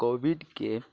Covid کے